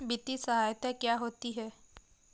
वित्तीय सहायता क्या होती है?